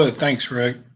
ah thanks, rick.